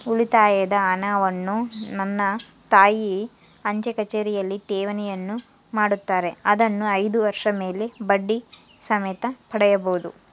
ಉಳಿತಾಯದ ಹಣವನ್ನು ನನ್ನ ತಾಯಿ ಅಂಚೆಕಚೇರಿಯಲ್ಲಿ ಠೇವಣಿಯನ್ನು ಮಾಡುತ್ತಾರೆ, ಅದನ್ನು ಐದು ವರ್ಷದ ಮೇಲೆ ಬಡ್ಡಿ ಸಮೇತ ಪಡೆಯಬಹುದು